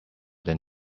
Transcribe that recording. than